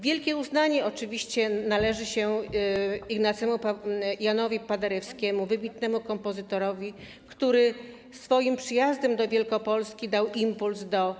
Wielkie uznanie oczywiście należy się Ignacemu Janowi Paderewskiemu, wybitnemu kompozytorowi, który swoim przyjazdem do Wielkopolski dał impuls do